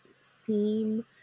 seem